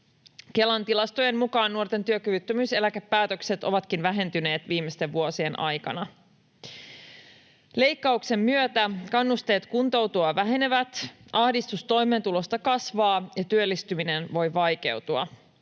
Kelan tilastojen mukaan nuorten työkyvyttömyyseläkepäätökset ovatkin vähentyneet viimeisten vuosien aikana. Leikkauksen myötä kannusteet kuntoutua vähenevät, ahdistus toimeentulosta kasvaa ja työllistyminen voi vaikeutua.